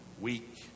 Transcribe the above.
weak